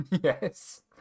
Yes